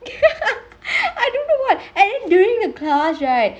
I don't know what and then duringk the class right